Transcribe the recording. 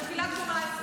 זה בתפילת שמונה-עשרה.